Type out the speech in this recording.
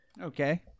Okay